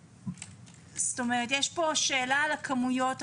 כלומר יש פה שאלה על הכמויות,